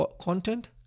content